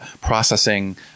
processing